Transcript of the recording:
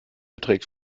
beträgt